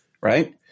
Right